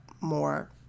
more